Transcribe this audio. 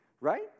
Right